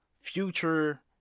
future